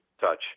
touch